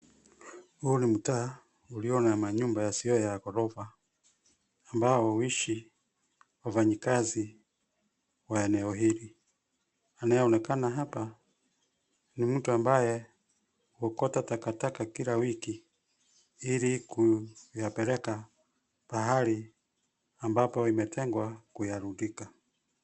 Huu ni mtaa ulio na manyumba yasio ya ghorofa ambao huishi wafanyikazi wa eneo hili. Anayeonekana hapa, ni mtu ambaye anaokota takataka kila wiki ili kuyapeleka pahali ambapo imetengwa kuyarundika.